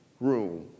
room